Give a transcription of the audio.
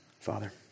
Father